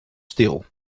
stil